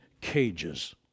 cages